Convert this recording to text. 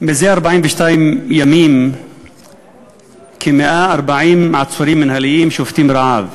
מזה 42 ימים כ-140 עצורים מינהליים שובתים רעב.